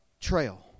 trail